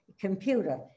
computer